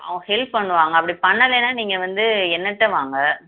அவங்க ஹெல்ப் பண்ணுவாங்க அப்படி பண்ணலைன்னா நீங்கள் வந்து என்னகிட்ட வாங்க